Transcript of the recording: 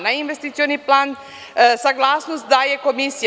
Na investicioni plan saglasnost daje komisija.